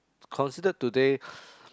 considered today